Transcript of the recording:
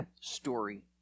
story